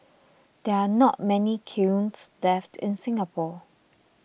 there are not many kilns left in Singapore